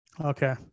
Okay